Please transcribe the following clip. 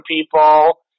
people